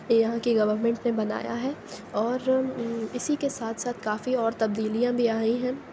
یہاں کی گورنمنٹ نے بنایا ہے اور اسی کے ساتھ ساتھ کافی اور تبدیلیاں بھی آئی ہیں